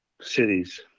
cities